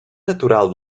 natural